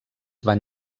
van